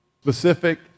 specific